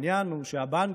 העניין הוא שהבנקים